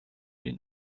den